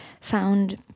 found